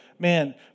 Man